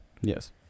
yes